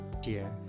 Dear